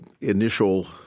initial